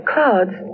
clouds